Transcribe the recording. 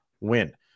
win